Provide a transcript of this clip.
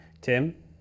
Tim